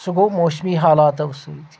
سُہ گوٚو موسمی حالاتو سۭتۍ